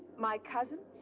my cousin,